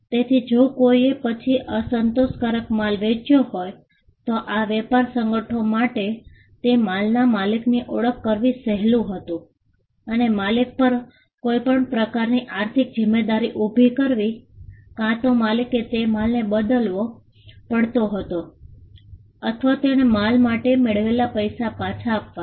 તેથી જો કોઈએ પછી અસંતોષકારક માલ વેચ્યો હોય તો આ વેપાર સંગઠનો માટે તે માલના માલિકની ઓળખ કરવી સહેલું હતું અને માલિક પર કોઈ પ્રકારની આર્થિક જિમ્મેદારી ઊભી કરવી કાં તો માલિકે તે માલને બદલવો પડતો હતો અથવા તેણે માલ માટે મેળવેલા પૈસા પાછા આપવાના